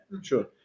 sure